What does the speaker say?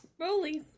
Rollies